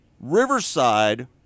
Riverside